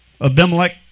Abimelech